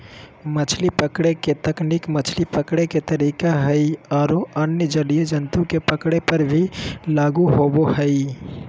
मछली पकड़े के तकनीक मछली पकड़े के तरीका हई आरो अन्य जलीय जंतु के पकड़े पर भी लागू होवअ हई